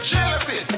Jealousy